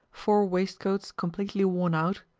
four waistcoats completely worn out,